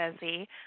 busy